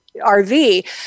RV